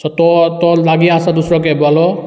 so तो तो लागीं आसा दुसरो कॅबवालो